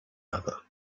other